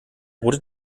rote